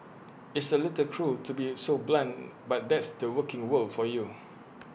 it's A little cruel to be so blunt but that's the working world for you